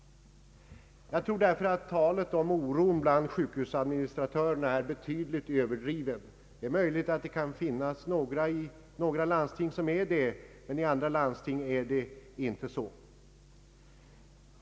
Talet om oron bland sjukhusadministratörerna är nog betydligt överdrivet. Det är möjligt att det finns några människor i vissa landsting som är oroliga, men i andra landsting är det inte så.